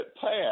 passed